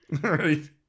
Right